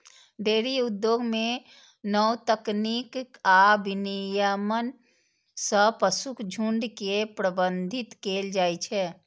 dairy उद्योग मे नव तकनीक आ विनियमन सं पशुक झुंड के प्रबंधित कैल जाइ छै